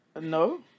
No